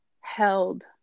held